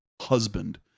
husband